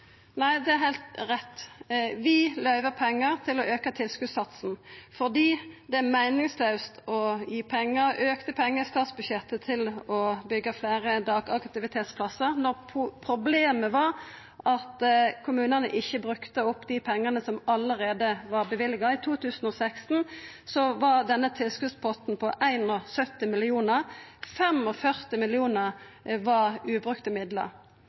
Nei, det er heilt rett. Vi løyver pengar til å auka tilskotssatsen, for det er meiningslaust å gi meir pengar i statsbudsjettet til å byggja fleire dagaktivitetsplassar når problemet var at kommunane ikkje brukte opp dei pengane som allereie var løyvde. I 2016 var denne tilskotspotten på 71 mill. kr, 45 mill. kr var ubrukte midlar.